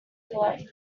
philip